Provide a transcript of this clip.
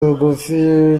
bugufi